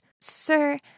Sir